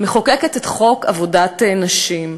מחוקקת את חוק עבודת נשים.